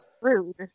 Rude